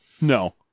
no